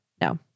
No